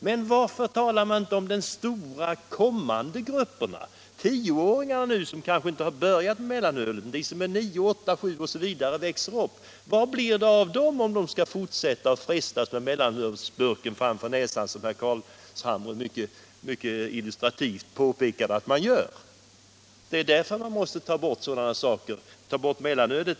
Men varför talar man inte om de stora kommande grupperna? Hur blir det med tioåringarna, som kanske ännu inte har börjat med mellanöl, och med dem som är ännu yngre? Hur går det för dem, om de skall fortsätta att frestas med mellanölsburken framför näsan, som herr Carlshamre mycket illustrativt uttryckte det? Det är sådana frågor som gör att man måste ta bort mellanölet.